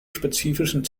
spezifischen